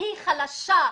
היא חלשה.